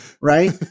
right